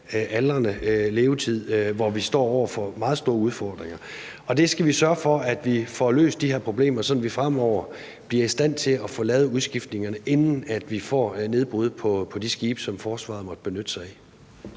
aldrende, og vi står over for meget store udfordringer. Vi skal sørge for, at vi får løst de her problemer, sådan at vi fremover bliver i stand til at få lavet udskiftningerne, inden vi får nedbrud på de skibe, som forsvaret måtte benytte sig af.